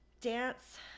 dance